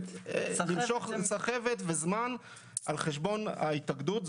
סחבת וזמן על חשבון ההתאגדות.